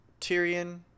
Tyrion